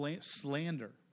slander